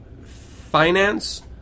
finance